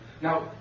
Now